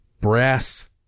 brass